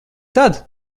tad